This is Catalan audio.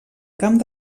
camp